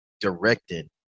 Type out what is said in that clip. directing